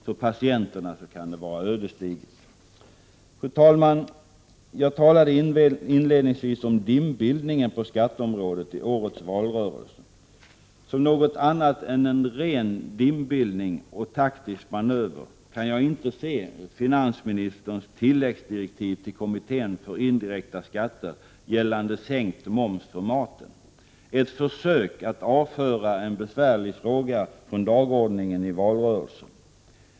För patienterna kan det vara ödesdigert. Fru talman! Jag talade inledningsvis om dimbildningen på skatteområdet i årets valrörelse. Som något annat än en ren dimbildning och taktisk manöver kan jag inte se finansministerns tilläggsdirektiv till kommittén för indirekta skatter gällande sänkt moms på maten. Det var ett försök att avföra en besvärlig fråga från dagordningen.